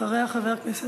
אחריה, חבר הכנסת,